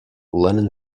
lennon